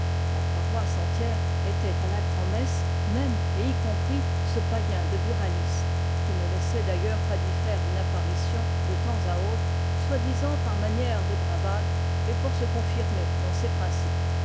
la paroisse entière était à la grand'messe même et y compris ce païen de buraliste qui ne laissait d'ailleurs pas d'y faire une apparition de temps à autre soi-disant par manière de bravade et pour se confir mer dans ses principes